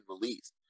released